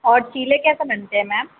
और चीले कैसे बनते हैं मैम